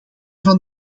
van